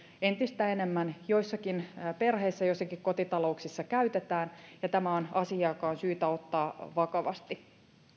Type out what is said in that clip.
entistä enemmän joissakin perheissä ja joissakin kotitalouksissa käytetään ja tämä on asia joka on syytä ottaa vakavasti